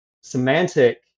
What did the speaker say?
semantic